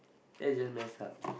that's just messed up